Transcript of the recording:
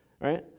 right